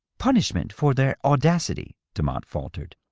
punishment for their audacity, demotte faltered.